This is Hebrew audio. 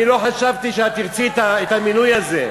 אני לא חשבתי שאת תרצי את המינוי הזה.